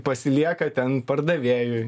pasilieka ten pardavėjui